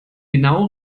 genau